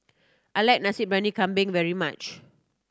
I like Nasi Briyani Kambing very much